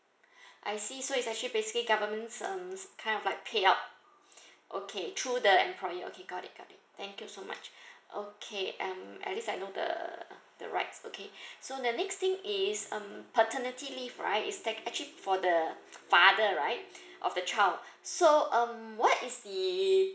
I see so it's actually government's um kind of like payout okay through the employee okay got it got it thank you so much okay um at least I know the the rights okay so the next thing is um paternity leave right is that actually for the father right of the child so um what is the